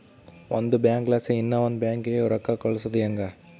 ಒಂದು ಬ್ಯಾಂಕ್ಲಾಸಿ ಇನವಂದ್ ಬ್ಯಾಂಕಿಗೆ ರೊಕ್ಕ ಕಳ್ಸೋದು ಯಂಗೆ